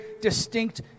distinct